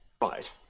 right